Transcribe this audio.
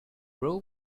row